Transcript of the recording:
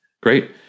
Great